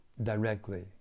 Directly